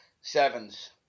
Sevens